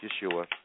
Yeshua